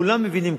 כולם מבינים,